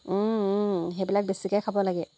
সেইবিলাক বেছিকৈ খাব লাগে